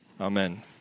Amen